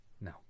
No